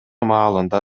маалында